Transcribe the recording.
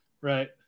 Right